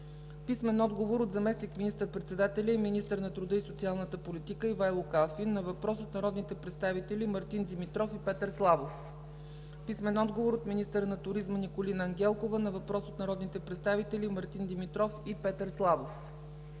Петър Славов; - заместник министър-председателя и министър на труда и социална политика Ивайло Калфин на въпрос от народите представители Мартин Димитров и Петър Славов; - министъра на туризма Николина Ангелкова на въпрос от народните представители Мартин Димитров и Петър Славов;